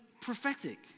prophetic